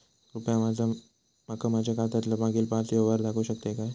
कृपया माका माझ्या खात्यातलो मागील पाच यव्हहार दाखवु शकतय काय?